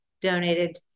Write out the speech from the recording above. donated